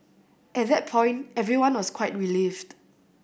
at that point everyone was quite relieved